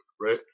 right